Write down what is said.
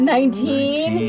Nineteen